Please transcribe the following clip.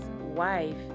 wife